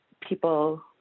people